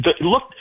look